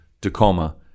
Tacoma